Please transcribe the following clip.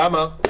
למה?